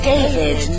David